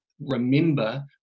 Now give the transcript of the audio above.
remember